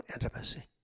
intimacy